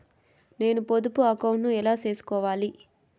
నేను పొదుపు అకౌంటు ను ఎలా సేసుకోవాలి?